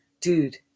Dude